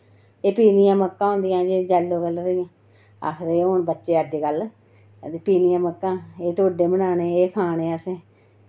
एह् पीलियां मक्कां होंदियां यैलो कलर दियां आखदे हून बच्चे अजकल ते एह् पीलियां मक्का ते एह् ढोड्डे बनाने ते खाने असें